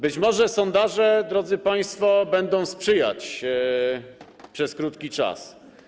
Być może sondaże, drodzy państwo, będą sprzyjać przez krótki czas.